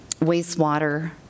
wastewater